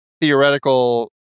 theoretical